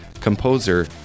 composer